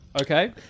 Okay